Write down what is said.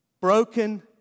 broken